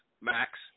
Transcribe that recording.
Max